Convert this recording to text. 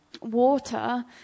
water